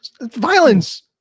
Violence